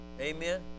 Amen